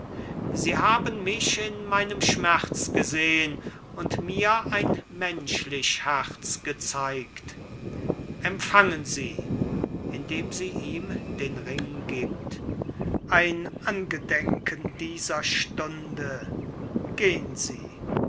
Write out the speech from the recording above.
sie haben mich in meinem schmerz gesehn und mir ein menschlich herz gezeigt empfangen sie indem sie ihm den ring gibt ein angedenken dieser stunde gehn sie